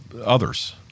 others